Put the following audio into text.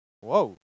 Whoa